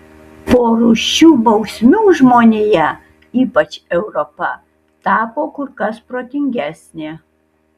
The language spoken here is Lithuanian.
po rūsčių bausmių žmonija ypač europa tapo kur kas protingesnė